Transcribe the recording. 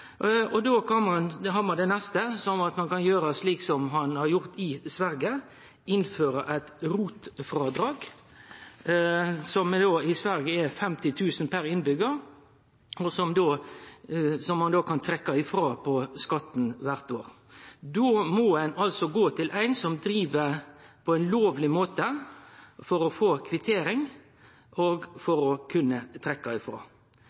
er då å gjere som ein har gjort i Sverige: å innføre eit rotfrådrag. I Sverige er det 50 000 kr per innbyggjar som ein kan trekkje frå på skatten kvart år. Då må ein gå til ein som driv på lovleg måte, for å få kvittering